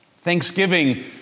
Thanksgiving